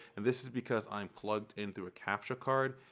and this is because i'm plugged in through a capture card.